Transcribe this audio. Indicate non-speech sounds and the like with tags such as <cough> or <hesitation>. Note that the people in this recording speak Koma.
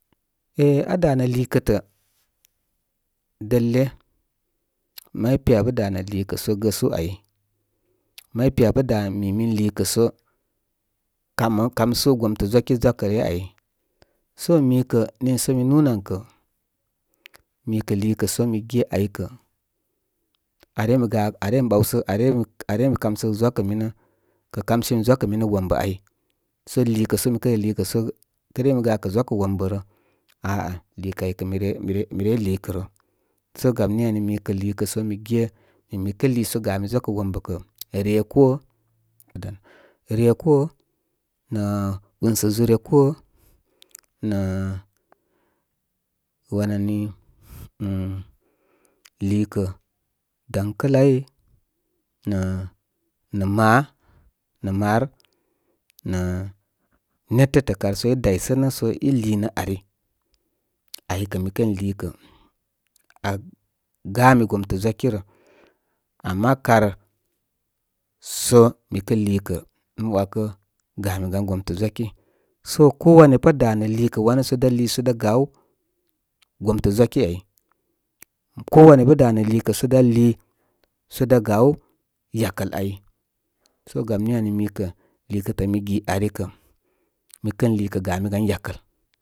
Éh aa danə liikə dəle. May piya bə danə liikə sə gəsu áy. May piya bə danə mimin liikə so ka maw kamsu gomtə zwaki zwakə ryə áy so mikə niisə mi nu an kə mikə lúsə mi ge áy kə <hesitation> <unintelligible> kə kamsimi zwa kə minə wom bə áy. So liikə so mikə reliikə sə kə re mi gakə zwakə wombə rə áa liikə áy kə mire, mire mire liikə rə. Sə gam ni ani mikə sə mi ge min mi lii so gami zwakə wombə akə ryə koó, ryə koó nə únsə zure ko nə wan ani nə <hesitation> liikə doŋkalai nə nə maa, nə maar nə nétətə kar sə i daysənə sə i liinə ari. Ari kə mi kən liikə aa ga mi gomtə zwaki rə. Ama karso mikə mən ‘wakə gami gan gomtə zwaki so ko wanya pat danə liikə wanə dá lii so dá gaw gomtə zwali áy. Ko wanya danə liikə sə dan lú sə dá gaw yakəl áyso. Gam ni ani mikə liikətə mi gi ari kə mi kən liikə gamigan yakəl.